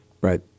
right